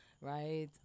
Right